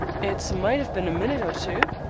it might a bin a minute or two?